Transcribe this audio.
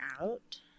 out